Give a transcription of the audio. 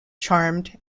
charmed